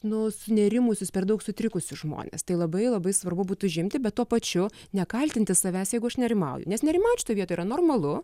nu sunerimusius per daug sutrikusius žmonės tai labai labai svarbu būti užimti bet tuo pačiu nekaltinti savęs jeigu aš nerimauju nes nerimaut šitoj vietoj yra normalu